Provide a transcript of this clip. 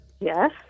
Yes